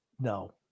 no